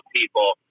people